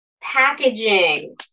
packaging